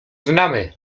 znamy